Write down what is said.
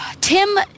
Tim